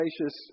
gracious